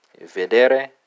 Vedere